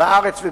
בארץ ובעולם,